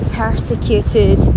persecuted